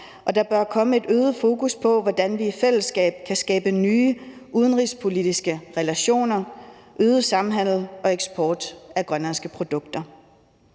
og der bør komme et øget fokus på, hvordan vi i fællesskab kan skabe nye udenrigspolitiske relationer, øget samhandel og eksport af grønlandske produkter.